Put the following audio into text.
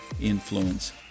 influence